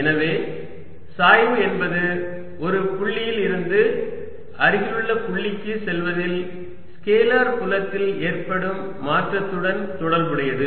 எனவே சாய்வு என்பது ஒரு புள்ளியில் இருந்து அருகிலுள்ள புள்ளிக்கு செல்வதில் ஸ்கேலர் புலத்தில் ஏற்படும் மாற்றத்துடன் தொடர்புடையது